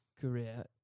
career